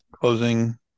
closing